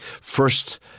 first